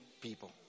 people